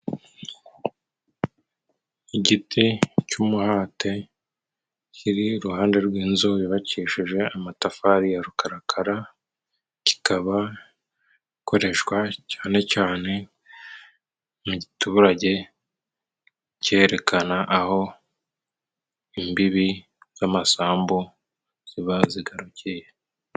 Igiti cy'umuhate kiri iruhande, rw'inzu yubakishije amatafari ya rukarakara. Kikaba koreshwa cyane cyane mu giturage cyerekana, aho imbibi z'amasambu ziba zigarukiye.